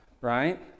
right